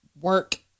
work